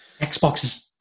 Xbox